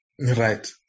Right